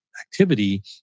activity